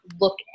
look